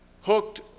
hooked